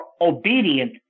obedient